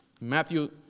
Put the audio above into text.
Matthew